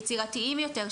יצירתיים יותר,